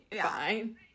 fine